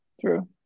true